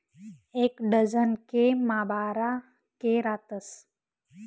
एक डझन के मा बारा के रातस